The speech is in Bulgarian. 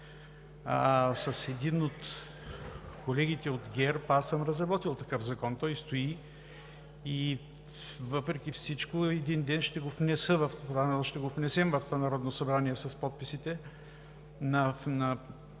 С един от колегите от ГЕРБ аз съм разработил такъв закон. Той стои и въпреки всичко един ден ще го внесем в Народното събрание с подписите на